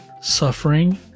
suffering